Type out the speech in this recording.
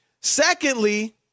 Secondly